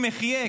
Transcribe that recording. אם אחיה,